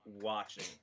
watching